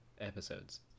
episodes